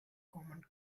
commons